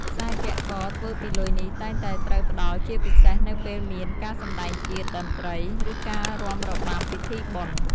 ខ្សែពាក់កធ្វើពីលុយនេះតែងតែត្រូវផ្តល់ជាពិសេសនៅពេលមានការសម្តែងជាតិ តន្ត្រី ឬការរាំរបាំពិធីបុណ្យ។